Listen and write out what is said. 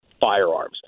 firearms